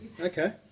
Okay